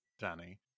Danny